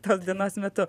tos dienos metu